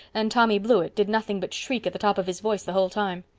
and tommy blewett did nothing but shriek at the top of his voice the whole time.